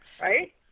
right